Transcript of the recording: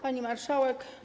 Pani Marszałek!